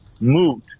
moot